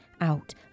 out